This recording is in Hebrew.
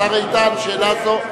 השר איתן, שאלה זו,